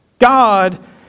God